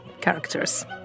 characters